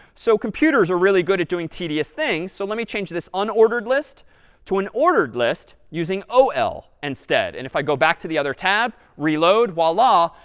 so computers are really good at doing tedious things. so let me change this unordered list to an ordered list using ol instead. and if i go back to the other tab, reload, voila,